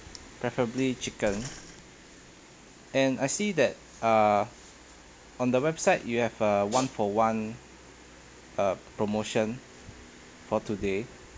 preferably chicken and I see that err on the website you have uh one for one uh promotion for today